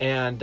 and